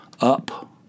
up